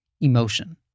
Emotion